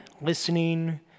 listening